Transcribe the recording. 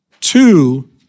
two